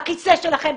בכיסא שלכם,